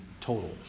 total